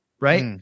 right